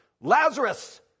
Lazarus